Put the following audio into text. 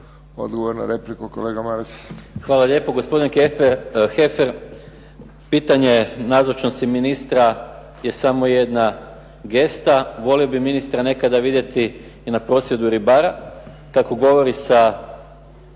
Odgovor na repliku, kolega Maras. **Maras, Gordan (SDP)** Hvala lijepo. Gospodine Heffer pitanje nazočnosti ministra je samo jedna gesta, volio bih ministra nekada vidjeti i na prosvjedu ribara kako govori sa